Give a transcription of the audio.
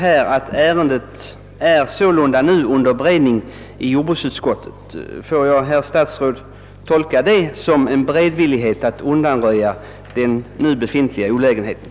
Ändå säger statsrådet: »Ärendet är således nu under beredning i jordbruksdepartementet.» Får jag, herr statsråd, tolka detta uttalande såsom en beredvillighet att undanröja den nu befintliga olägenheten?